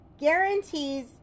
Guarantees